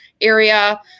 area